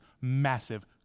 massive